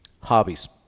Hobbies